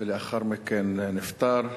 ולאחר מכן נפטר.